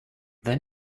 then